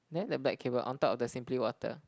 there the black cable on top of the Simply Water